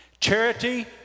Charity